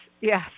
yes